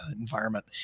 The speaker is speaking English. environment